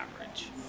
average